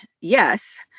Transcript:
yes